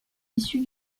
issu